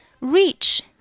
Reach